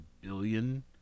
billion